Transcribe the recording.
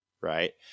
right